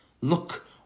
Look